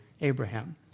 Abraham